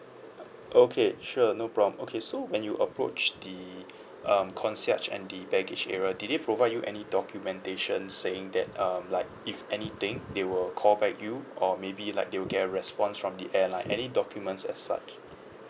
okay sure no problem okay so when you approach the um concierge and the baggage area did they provide you any documentation saying that um like if anything they will call back you or maybe like they will get a response from the airline any documents as such